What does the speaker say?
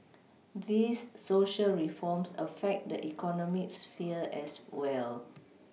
these Social reforms affect the economic sphere as well